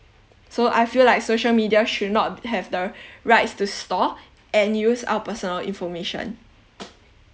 so I feel like social media should not have the rights to store and use our personal information